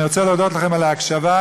אני רוצה להודות לכם על ההקשבה.